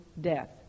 death